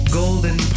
golden